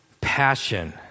passion